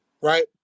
Right